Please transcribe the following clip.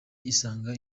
isanga